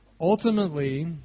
Ultimately